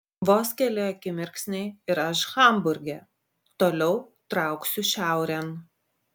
vos keli akimirksniai ir aš hamburge toliau trauksiu šiaurėn